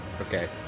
Okay